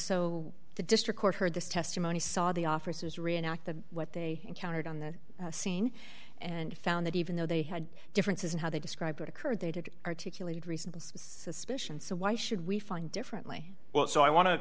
so the district court heard this testimony saw the officers reenact the what they encountered on the scene and found that even though they had differences in how they describe what occurred they did articulated recent suspicion so why should we find differently well so i want to